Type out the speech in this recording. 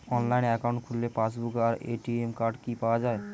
Online account খুললে passbook আর ATM card কি পাওয়া যায়?